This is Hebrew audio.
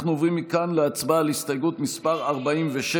אנחנו עוברים מכאן להצבעה על הסתייגות מס' 46,